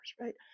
right